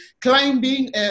climbing